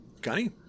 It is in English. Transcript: Gunny